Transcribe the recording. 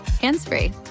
hands-free